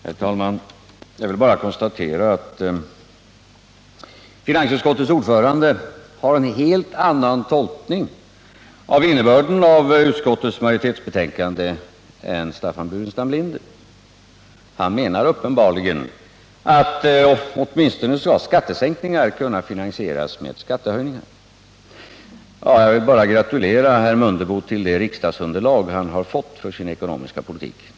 Herr talman! Jag vill bara konstatera att finansutskottets ordförande har en helt annan tolkning av innebörden av utskottets majoritetsbetänkande än Staffan Burenstam Linder. Han menar uppenbarligen att åtminstone skattesänkningar skall kunna finansieras genom skattehöjningar. Jag vill bara gratulera herr Mundebo till det riksdagsunderlag som han fått för sin ekonomiska politik.